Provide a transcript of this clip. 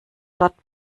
dort